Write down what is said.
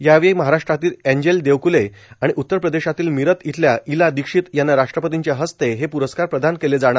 यावेळी महाराष्ट्रातील एंजेल देवकूले आणि उत्तर प्रदेशातील मिरत इथल्या इला दीक्षित यांना राष्ट्रपतींच्या हस्ते हे पुरस्कार प्रदान केले जाणार